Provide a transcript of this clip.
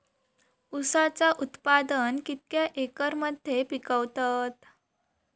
ऊसाचा उत्पादन कितक्या एकर मध्ये पिकवतत?